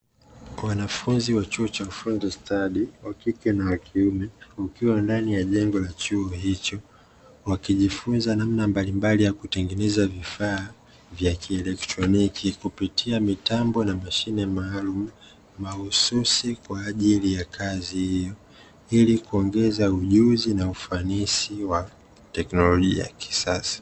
Wanafunzi wa chuo cha ufundi stadi wa kike na wa kiume wakiwa ndani ya jengo la chuo hicho. Wakijifunza namna mbalimbali ya kutengeneza vifaa vya kielektroniki kupitia mitambo na mashine maalumu mahususi kwa ajili ya kazi hiyo, ili kuongeza ujuzi na ufanisi wa teknolojia ya kisasa.